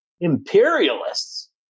imperialists